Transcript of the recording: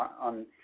on